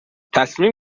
تصمیم